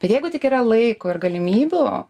bet jeigu tik yra laiko ir galimybių